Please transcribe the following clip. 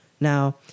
Now